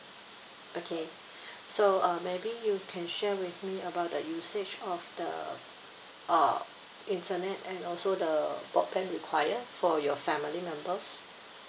okay so uh maybe you can share with me about the usage of the uh internet and also the broadband require for your family members